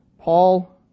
Paul